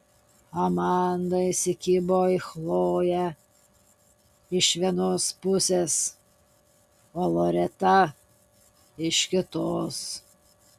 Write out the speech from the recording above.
amanda įsikibo į chloję iš vienos pusės loreta iš kitos